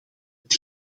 het